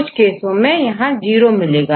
कुछ केसों में यहां जीरो मिलेगा